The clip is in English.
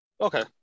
Okay